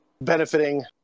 benefiting